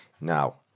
Now